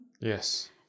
Yes